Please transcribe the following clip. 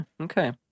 Okay